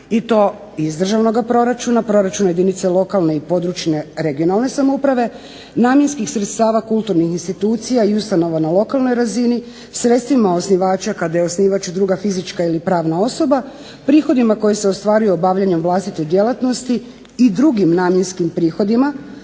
i to iz državnoga proračuna, proračuna jedinica lokalne i područne (regionalne) samouprave, namjenskih sredstava kulturnih institucija i ustanova na lokalnoj razini, sredstvima osnivača kada je osnivač druga fizička ili pravna osoba, prihodima koji se ostvaruju obavljanjima vlastite djelatnosti i drugim namjenskim prihodima,